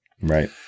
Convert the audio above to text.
Right